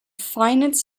finance